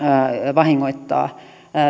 vahingoittaa